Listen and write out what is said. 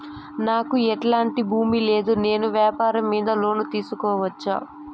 నాకు ఎట్లాంటి భూమి లేదు నేను వ్యాపారం మీద లోను తీసుకోవచ్చా?